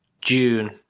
June